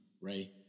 Ray